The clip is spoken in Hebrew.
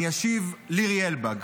אני אשיב: לירי אלבג.